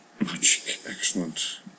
excellent